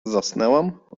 zasnęłam